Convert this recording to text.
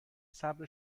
صبر